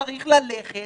צריך ללכת